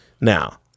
Now